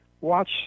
Watch